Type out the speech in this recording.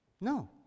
No